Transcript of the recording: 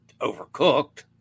overcooked